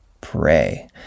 pray